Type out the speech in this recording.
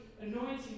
anointing